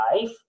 life